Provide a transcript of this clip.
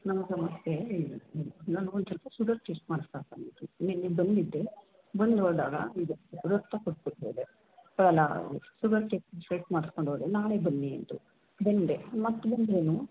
ನಾನು ಒಂದು ಸ್ವಲ್ಪ ಶುಗರ್ ಟೆಸ್ಟ್ ಮಾಡಿಸ್ಬೇಕಾಗಿತ್ತು ನಿನ್ನೆ ಬಂದಿದ್ದೆ ಬಂದು ನೋಡಿದಾಗ ಇದು ರಕ್ತ ಕೊಟ್ಬುಟ್ಟು ಹೋದೆ ಶುಗರ್ ಚೆಕ್ ಚೆಕ್ ಮಾಡ್ಸ್ಕೊಂಡು ಹೋದೆ ನಾಳೆ ಬನ್ನಿ ಅಂದರು ಬಂದೆ ಮತ್ತೆ ಬಂದ್ರೂ